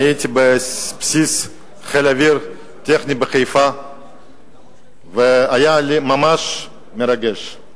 אני הייתי בבסיס חיל האוויר הטכני בחיפה והיה לי ממש מרגש.